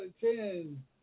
ten